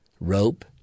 rope